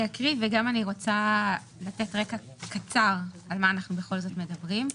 אני אקריא וגם אני רוצה לתת רקע קצר על מה אנחנו בכל זאת מדברים.